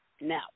Now